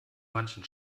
manchen